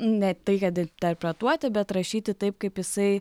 ne tai kad interpretuoti bet rašyti taip kaip jisai